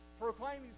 proclaiming